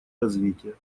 развития